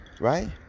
Right